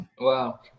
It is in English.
wow